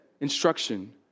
instruction